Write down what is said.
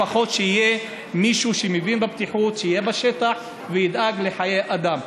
לפחות שיהיה מישהו שמבין בבטיחות שיהיה בשטח וידאג לחיי אדם.